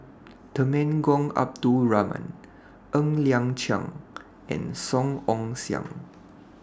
Temenggong Abdul Rahman Ng Liang Chiang and Song Ong Siang